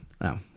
no